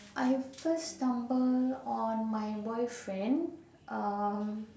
I first stumble on my boyfriend um